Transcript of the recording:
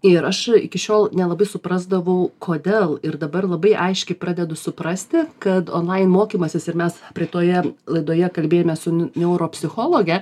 ir aš iki šiol nelabai suprasdavau kodėl ir dabar labai aiškiai pradedu suprasti kad onlain mokymąsis ir mes praeitoje laidoje kalbėjomės su neuropsichologe